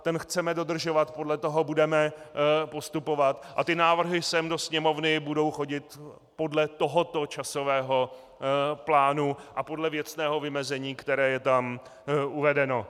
Ten chceme dodržovat, podle toho budeme postupovat a návrhy sem do Sněmovny budou chodit podle tohoto časového plánu a podle věcného vymezení, které je tam uvedeno.